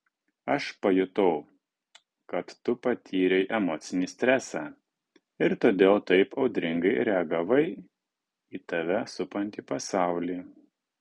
aš pajutau kad tu patyrei emocinį stresą ir todėl taip audringai reagavai į tave supantį pasaulį